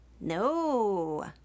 No